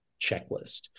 checklist